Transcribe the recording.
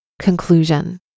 Conclusion